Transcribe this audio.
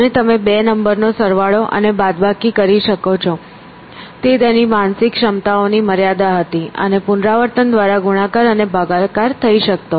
અને તમે 2 નંબરનો સરવાળો અને બાદબાકી કરી શકો છો તે તેની માનસિક ક્ષમતાઓની મર્યાદા હતી અને પુનરાવર્તન દ્વારા ગુણાકાર અને ભાગાકાર થઈ શકતો